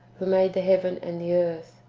who made the heaven and the earth.